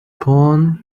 phone